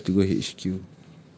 !wah! tomorrow I have to go H_Q